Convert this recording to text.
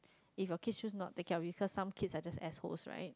if you kid choose not take care of you cause some kids are just ass hole right